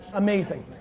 amazing,